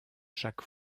chaque